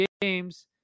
games